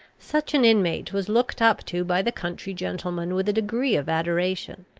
such an inmate was looked up to by the country gentlemen with a degree of adoration.